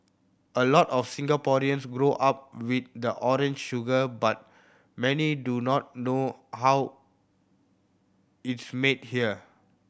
a lot of Singaporeans grow up with the orange sugar but many do not know how it's made here